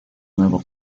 nuevo